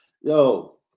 Yo